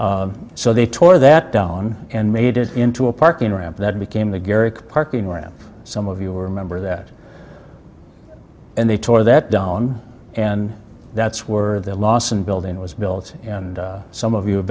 theater so they tore that down and made it into a parking ramp that became the garrick parking ramp some of you were a member of that and they tore that down and that's were their loss and building was built and some of you